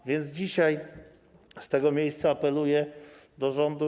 A więc dzisiaj z tego miejsca apeluję do rządu.